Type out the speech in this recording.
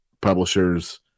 publishers